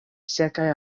sekaj